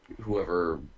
whoever